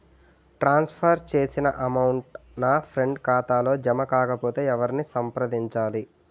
ట్రాన్స్ for చేసిన amount నా friend ఖాతాలో జమ కాకపొతే ఎవరిని సంప్రదించాలి?